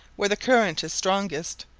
where the current is strongest,